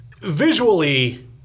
visually